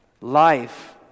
Life